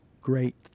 great